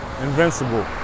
invincible